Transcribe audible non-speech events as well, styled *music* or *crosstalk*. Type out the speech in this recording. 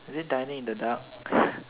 is it dining in the dark *breath*